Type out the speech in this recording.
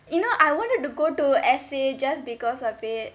you know I wanted to go to S_A just because of it